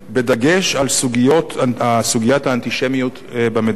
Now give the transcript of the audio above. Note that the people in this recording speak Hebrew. בדגש על סוגיית האנטישמיות במדינה.